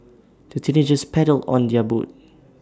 the teenagers paddled on their boat